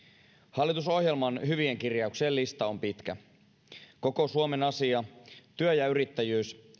hallitusohjelman hyvien kirjauksien lista on pitkä koko suomen asia työ ja yrittäjyys